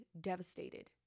devastated